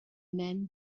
men